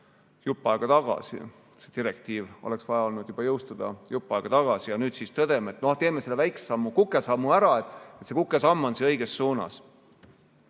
jupp aega tagasi, direktiiv oleks vaja olnud jõustada juba jupp aega tagasi, ja nüüd me tõdeme, et noh, teeme selle väikse sammu, kukesammu ära, see kukesamm on õiges suunas. Pikk